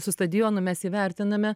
su stadionu mes įvertiname